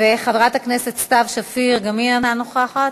חברת הכנסת סתיו שפיר, גם היא אינה נוכחת.